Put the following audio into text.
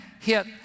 hit